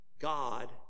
God